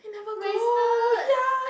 wasted